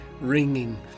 ringing